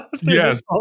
Yes